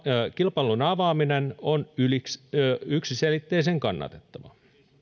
kilpailun avaaminen on yksiselitteisen kannatettava